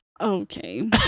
Okay